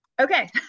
Okay